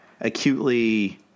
acutely